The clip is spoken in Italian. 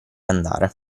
andare